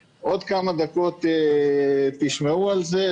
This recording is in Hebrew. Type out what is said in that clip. בעוד כמה דקות תשמעו על זה.